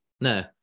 No